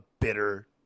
bitter